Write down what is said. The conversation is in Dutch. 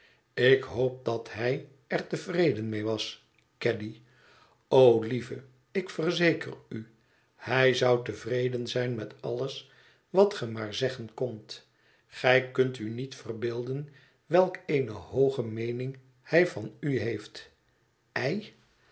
ik hoop dat hij er tevreden mee was caddy o lieve ik verzeker u hij zou tevreden zijn met alles wat ge maar zeggen kondt gij kunt u niet verbeelden welk eene hooge meening hij van u heeft ei